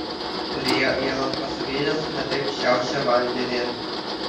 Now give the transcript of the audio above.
rio įlankos vėjas ne taip šiaušė vandenį